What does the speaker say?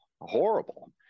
horrible